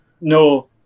No